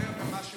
ידבר על מה שהוא